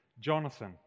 Jonathan